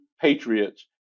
patriots